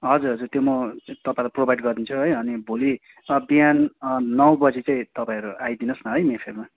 हजुर हजुर त्यो म तपाईँलाई प्रोभाइड गरिदिन्छु है अनि भोलि बिहान नौ बजे चाहिँ तपाईँहरू आइदिनुहोस् न है मेफेयरमा